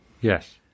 Yes